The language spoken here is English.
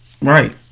right